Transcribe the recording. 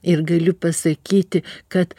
ir galiu pasakyti kad